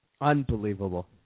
Unbelievable